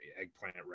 eggplant